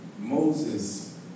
Moses